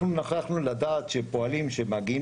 אנחנו נוכחנו לדעת שגם לפועלים שמגיעים